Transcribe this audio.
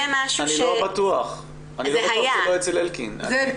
זה משהו ש- -- אני לא בטוח שלא אצל אלקין.